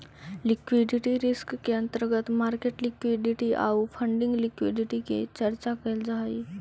liquidity risk के अंतर्गत market liquidity आउ फंडिंग लिक्विडिटी के चर्चा कैल जा हई